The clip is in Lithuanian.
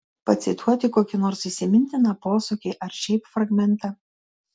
pacituoti kokį nors įsimintiną posakį ar šiaip fragmentą